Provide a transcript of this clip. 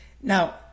Now